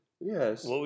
Yes